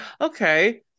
okay